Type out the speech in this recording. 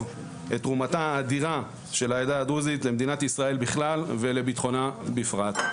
את תרומתה האדירה של העדה הדרוזית למדינת ישראל בכלל ולביטחונה בפרט.